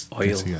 Oil